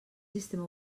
sistema